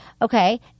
Okay